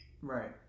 right